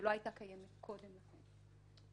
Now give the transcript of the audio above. שלא היתה קיימת קודם לכן,